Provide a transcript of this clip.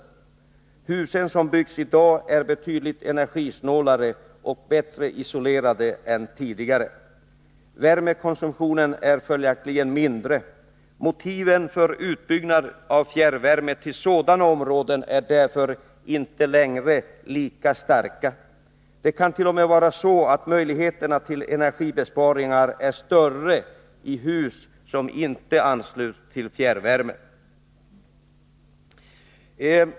De hus som byggs i dag är betydligt mer energisnåla och bättre isolerade än äldre hus. Värmekonsumtionen är följaktligen mindre. Motiven för utbyggnad av fjärrvärme till sådana bostadsområden är därför inte lika starka. Det kant.o.m. vara så att möjligheterna till energibesparingar är större i hus som inte ansluts till fjärrvärme.